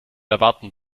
erwarten